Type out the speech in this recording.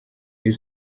ibi